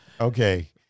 Okay